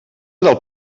del